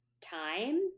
time